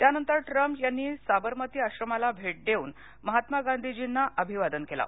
त्यानंतर ट्रंप यांनी साबरमती आश्रमाला भेट देऊन महात्मा गांधीजीना अभिवादन केलं